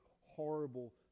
horrible